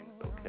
okay